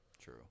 True